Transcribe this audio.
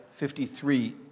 53